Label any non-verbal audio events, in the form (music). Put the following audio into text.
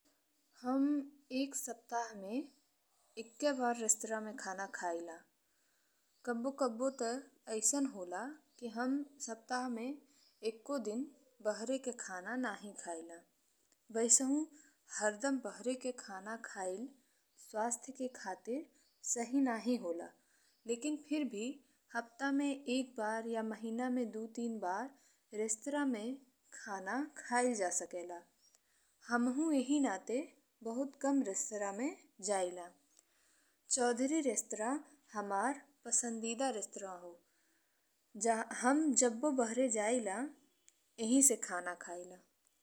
हम एक सप्ताह में एक्के बार रेस्टोरेंट में खाना खाइला। कब्बो-कब्बो ते अइसन होला कि हम सप्ताह में एक्को दिन बाहर के खाना नाहीं खाइला। वैसा हउ हरदिन बाहर के खाना खाइल स्वास्थ्य के खातिर सही नाहीं होला लेकिन फिर भी हफ्ता में एक बार या महीना में दु-तीन बार रेस्टोरेंट में खाना खाइल जा सकेला। हमहु यही नाते बहुत कम रेस्तरा में जाइला। चौधरी रेस्टोरेंट हमार पसंदिदा रेस्टोरेंट होला। (hesitation) हम ते जब्बे बाहर जाइला यही से खाना खाइला।